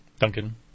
Duncan